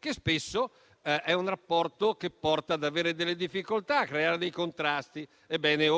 che spesso è un rapporto che porta ad avere difficoltà e a creare contrasti. Ebbene,